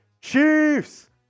Chiefs